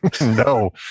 No